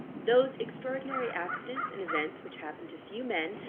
those extraordinary accidents and events which happen to few men,